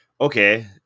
okay